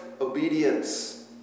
obedience